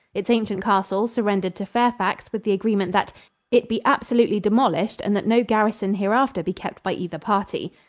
its ancient castle surrendered to fairfax with the agreement that it be absolutely demolished and that no garrison hereafter be kept by either party.